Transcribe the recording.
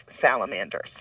salamanders